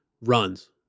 runs